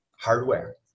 hardware